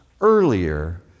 earlier